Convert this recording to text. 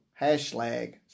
Hashtag